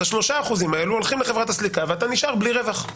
אז ה-3% האלו הולכים לחברת הסליקה ואתה נשאר בלי רווח,